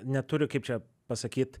neturi kaip čia pasakyt